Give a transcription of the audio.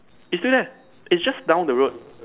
is still there it's just down the road